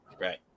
right